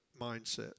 mindset